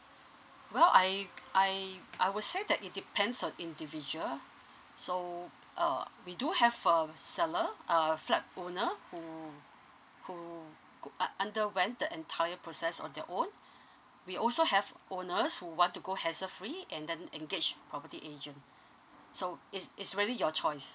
uh I I I would say that it depends on individual luh so uh we do have um seller a flap owner mm pool but under went the entire process on your own we also have owners who want to go has a free and then engage property agent so it's it's really your choice